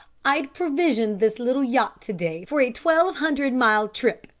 i'd provisioned this little yacht to-day for a twelve hundred mile trip,